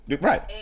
Right